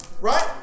Right